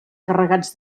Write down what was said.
carregats